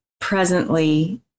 presently